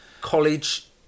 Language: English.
college